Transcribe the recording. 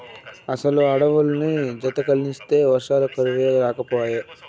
అసలు అడవుల్ని బతకనిస్తే వర్షాలకు కరువే రాకపాయే